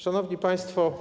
Szanowni Państwo!